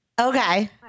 Okay